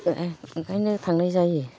ओंखायनो थांनाय जायो